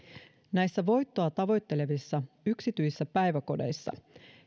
näissä voittoa tavoittelevissa yksityisissä päiväkodeissa